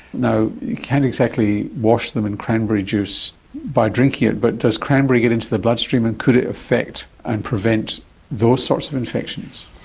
you know you can't exactly wash them in cranberry juice by drinking it, but does cranberry get into the bloodstream and could it affect and prevent those sorts of infections?